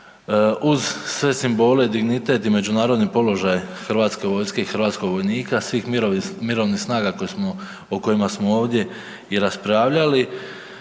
uz sve simbole, dignitet i međunarodni položaj Hrvatske vojske i hrvatskog vojnika, svih mirovnih snaga koje smo, o kojima smo ovdje i raspravljali,